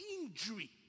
injury